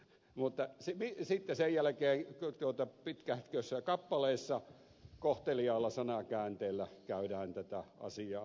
mutta sitten sen jälkeen pitkähkössä kappaleessa kohteliailla sanakäänteillä käydään tätä asiaa läpi